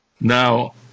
Now